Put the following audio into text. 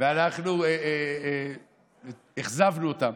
ואנחנו אכזבנו אותם.